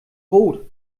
rot